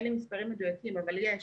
אין לי מספרים מדויקים אבל יש